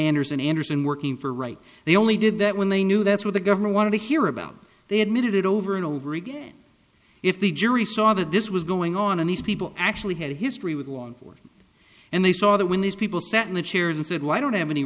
anderson anderson working for right they only did that when they knew that's what the governor wanted to hear about they admitted it over and over again if the jury saw that this was going on and these people actually had a history with law enforcement and they saw that when these people sat in the chairs and said why don't have any